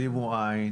שימו עין.